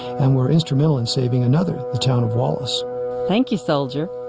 and were instrumental in saving another the town of wallace thank you soldier